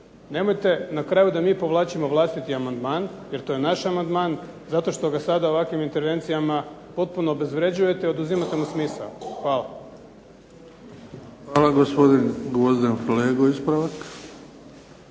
Nemojte na kraju da mi povlačimo vlastiti amandman, jer to je naš amandman zato što ga sada ovakvim intervencijama potpuno obezvređujete i oduzimate mu smisao. Hvala. **Bebić, Luka (HDZ)** Hvala. Gospodin Gvozden Flego, ispravak.